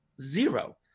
zero